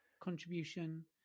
contribution